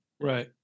right